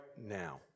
now